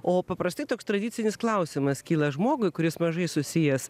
o paprastai toks tradicinis klausimas kyla žmogui kuris mažai susijęs